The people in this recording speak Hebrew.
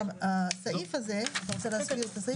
אתה רוצה להסביר את הסעיף?